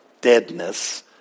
deadness